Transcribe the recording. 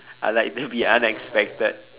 I like to be unexpected